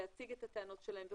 להציג את הטענות שלהם וכו'.